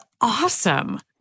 awesome